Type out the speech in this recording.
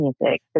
music